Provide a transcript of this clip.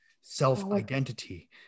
self-identity